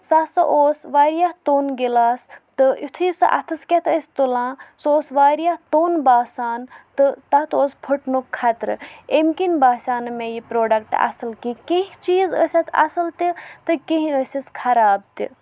سُہ ہَسا اوس واریاہ توٚن گِلاس تہٕ یُتھُے سُہ اَتھَس کٮ۪تھ ٲسۍ تُلان سُہ اوس واریاہ توٚن باسان تہٕ تَتھ اوس پھٔٹنُک خطرٕ امہِ کِنۍ باسیٚو نہٕ مےٚ یہِ پرٛوڈَکٹ اَصٕل کینٛہہ کینٛہہ چیٖز ٲسۍ اَتھ اَصٕل تہِ تہٕ کینٛہہ ٲسِس خراب تہِ